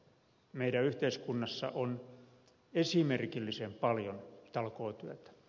meidän yhteiskunnassa on esimerkillisen paljon talkootyötä